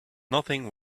nothing